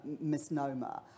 misnomer